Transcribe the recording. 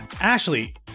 Ashley